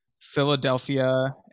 Philadelphia